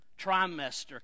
trimester